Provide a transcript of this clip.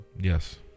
Yes